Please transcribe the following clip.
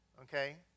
okay